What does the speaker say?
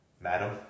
Madam